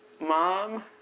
Mom